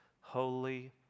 holy